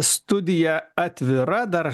studija atvira dar